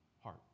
heart